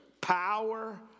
Power